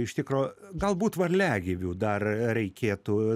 iš tikro galbūt varliagyvių dar reikėtų